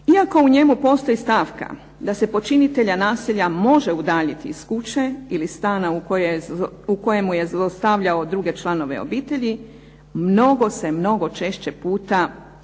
iako u njemu postoji stavka da se počinitelja nasilja može udaljiti iz kuće ili stana u kojemu je zlostavljao druge članove obitelji, mnogo se mnogo češće puta policijski